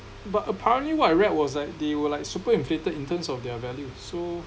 but apparently what I read was that they were like super inflated in terms of their value so